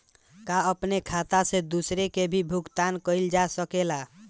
का अपने खाता से दूसरे के भी भुगतान कइल जा सके ला?